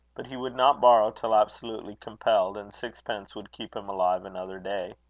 but he would not borrow till absolutely compelled, and sixpence would keep him alive another day.